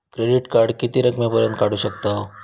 Credit card किती रकमेपर्यंत काढू शकतव?